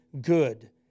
good